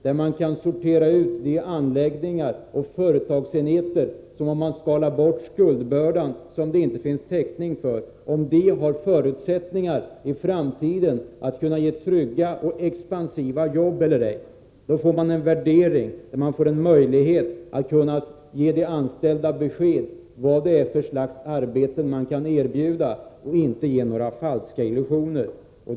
Vid en konkurs kan man, sedan man räknat bort den skuldbörda som det inte finns täckning för, sortera ut de anläggningar och företagsenheter som kan tänkas ha förutsättningar att i framtiden ge trygga och expansiva jobb. Då får man en värdering. Man får möjlighet att ge de anställda besked om vilka slags arbeten man kan erbjuda, och man behöver inte ge dem några falska illusioner.